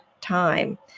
time